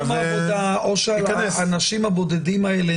-- או במקום העבודה או שהאנשים הבודדים האלה,